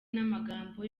n’amagambo